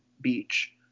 beach